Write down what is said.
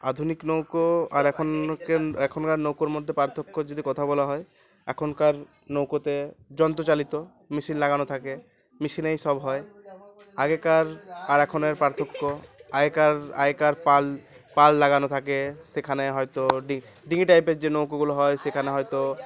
আধুনিক নৌকো আর এখনকার এখনকার নৌকর মধ্যে পার্থক্য যদি কথা বলা হয় এখনকার নৌকোতে যন্ত্রচালিত মেশিন লাগানো থাকে মেশিনেই সব হয় আগেকার আর এখনের পার্থক্য আগেকার আগেকার পাল পাল লাগানো থাকে সেখানে হয়তো ডিঙ্গি টাইপের যে নৌকগুলো হয় সেখানে হয়তো